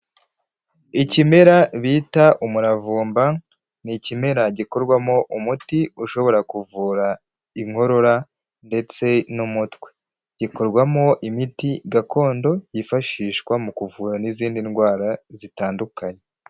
Ikimera bita umuravumba ni ikimera gikorwamo umuti ushobora kuvura inkorora ndetse n'umutwe. Gikorwamo imiti gakondo yifashishwa mu kuvura n'izindi ndwara zitandukanye.